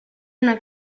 una